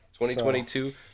2022